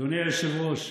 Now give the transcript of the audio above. אדוני היושב-ראש,